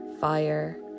fire